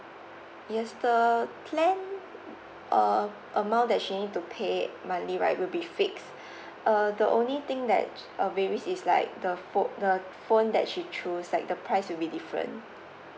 yes the plan uh amount that she need to pay monthly right will be fixed (ppb0 uh the only thing that uh varies is like the phone the phone that she choose like the price will be different